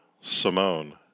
Simone